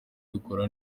dukora